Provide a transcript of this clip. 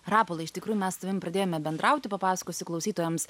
rapolai iš tikrųjų mes su tavim pradėjome bendrauti papasakosiu klausytojams